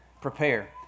prepare